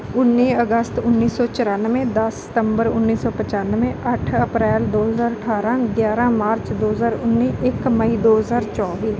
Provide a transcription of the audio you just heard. ਉੱਨੀ ਅਗਸਤ ਉੱਨੀ ਸੌ ਚੁਰਾਨਵੇਂ ਦਸ ਸਤੰਬਰ ਉੱਨੀ ਸੌ ਪਚਾਨਵੇਂ ਅੱਠ ਅਪ੍ਰੈਲ ਦੋ ਹਜ਼ਾਰ ਅਠਾਰਾਂ ਗਿਆਰਾ ਮਾਰਚ ਦੋ ਹਜ਼ਾਰ ਉੱਨੀ ਇੱਕ ਮਈ ਦੋ ਹਜ਼ਾਰ ਚੌਵੀ